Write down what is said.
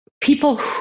people